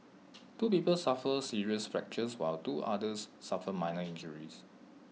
two people suffered serious fractures while two others suffered minor injuries